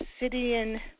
obsidian